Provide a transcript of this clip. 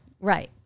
Right